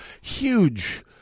huge